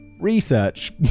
research